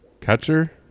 Catcher